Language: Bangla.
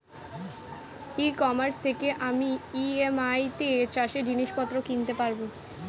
ই কমার্স থেকে আমি ই.এম.আই তে চাষে জিনিসপত্র কিনতে পারব?